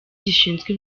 gishinzwe